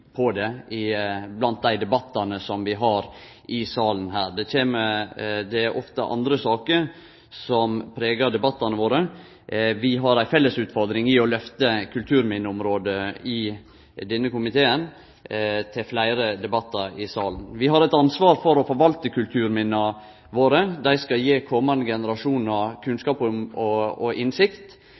på det i dei debattane vi har i salen her. Det er ofte andre saker som pregar debattane våre. I denne komiteen har vi ei felles utfordring når det gjeld å lyfte kulturminneområdet til fleire debattar i salen. Vi har eit ansvar for å forvalte kulturminna våre. Dei skal gje komande generasjonar kunnskap og innsikt.